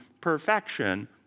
perfection